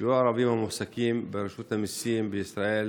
שיעור הערבים המועסקים ברשות המיסים בישראל,